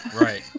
Right